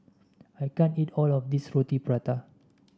I can't eat all of this Roti Prata